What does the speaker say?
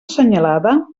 senyalada